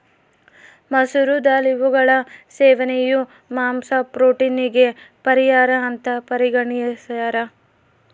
ಮಸೂರ ದಾಲ್ ಇವುಗಳ ಸೇವನೆಯು ಮಾಂಸ ಪ್ರೋಟೀನಿಗೆ ಪರ್ಯಾಯ ಅಂತ ಪರಿಗಣಿಸ್ಯಾರ